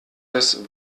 das